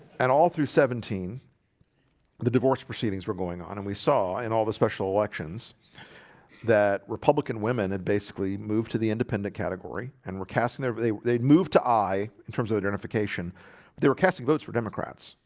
and all through seventeen the divorce proceedings were going on and we saw in all the special elections that republican women had basically moved to the independent category and we're casting their but they'd moved to i in terms of identification they were casting votes for democrats.